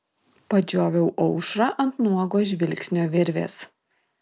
padžioviau aušrą ant nuogo žvilgsnio virvės